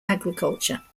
agriculture